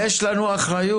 יש לנו אחריות.